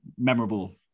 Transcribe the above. memorable